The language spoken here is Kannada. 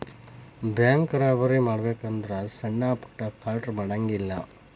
ಬ್ಯಾಂಕ್ ರಾಬರಿ ಮಾಡ್ಬೆಕು ಅಂದ್ರ ಸಣ್ಣಾ ಪುಟ್ಟಾ ಕಳ್ರು ಮಾಡಂಗಿಲ್ಲಾ